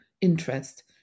interest